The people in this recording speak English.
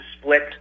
split